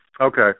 okay